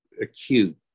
acute